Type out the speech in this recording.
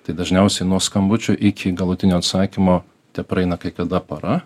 tai dažniausiai nuo skambučio iki galutinio atsakymo tepraeina kai kada para